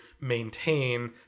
maintain